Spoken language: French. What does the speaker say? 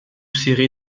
serré